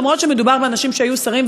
אף-על-פי שמדובר באנשים שהיו שרים,